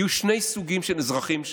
יהיו שני סוגים של אזרחים שם,